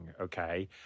okay